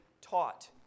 taught